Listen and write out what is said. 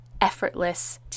effortless